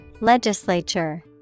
Legislature